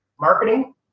Marketing